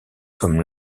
comme